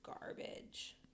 garbage